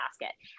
basket